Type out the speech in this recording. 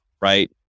Right